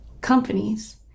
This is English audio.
companies